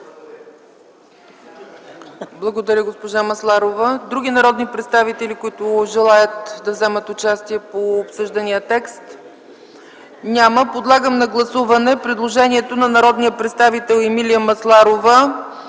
Благодаря, госпожо Масларова. Други народни представители, които желаят да вземат отношение по обсъждания текст? Няма. Моля да гласуваме предложението на народния представител Емилия Масларова